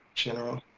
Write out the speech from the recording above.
general,